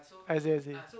I see I see